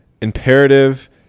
imperative